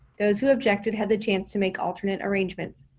those who objected had the chance to make alternate arrangements.